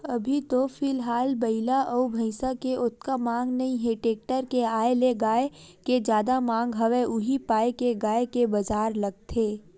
अभी तो फिलहाल बइला अउ भइसा के ओतका मांग नइ हे टेक्टर के आय ले गाय के जादा मांग हवय उही पाय के गाय के बजार लगथे